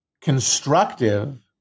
constructive